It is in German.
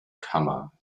kammer